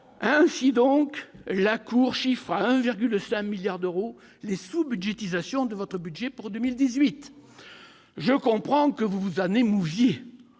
Ainsi donc, la Cour des comptes chiffre à 1,5 milliard d'euros les sous-budgétisations de votre budget pour 2018 ... Je comprends que vous vous en émouviez